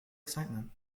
excitement